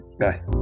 Bye